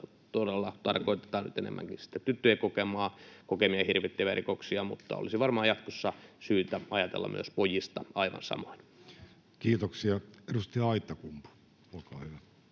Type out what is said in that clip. todella tarkoitetaan nyt enemmänkin niitä tyttöjen kokemia hirvittäviä rikoksia, mutta olisi varmaan jatkossa syytä ajatella myös pojista aivan samoin. [Vasemmalta: Näin on!]